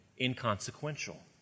inconsequential